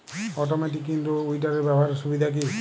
Automatic in row উইডারের ব্যবহারের সুবিধা কি?